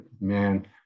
man